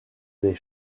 les